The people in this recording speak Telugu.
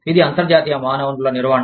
ఇది అంతర్జాతీయ మానవ వనరుల నిర్వహణ